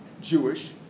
Jewish